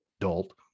adult